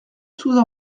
sous